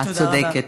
את צודקת.